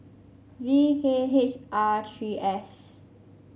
V K H R three S